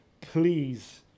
Please